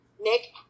Nick